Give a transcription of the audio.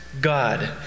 God